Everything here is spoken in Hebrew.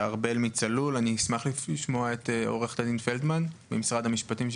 אשמח לשמוע את עו"ד פלדמן ממשרד המשפטים.